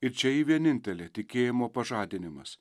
ir čia ji vienintelė tikėjimo pažadinimas